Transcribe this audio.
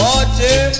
Water